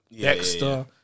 Dexter